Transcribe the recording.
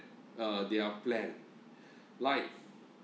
uh their plan like